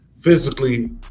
physically